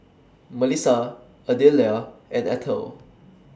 Melissa Adelia and Ethel